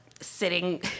sitting